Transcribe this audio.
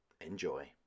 enjoy